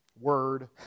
Word